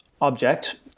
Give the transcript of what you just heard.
object